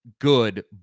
good